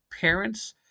parents